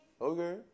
Okay